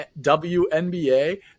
WNBA